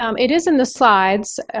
um it is in the slides.